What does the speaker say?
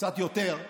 קצת יותר,